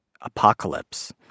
apocalypse